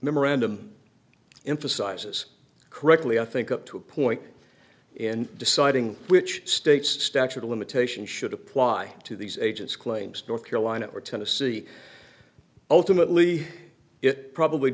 memorandum emphasizes correctly i think up to a point in deciding which state statute a limitation should apply to these agents claims north carolina or tennessee ultimately it probably